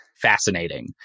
fascinating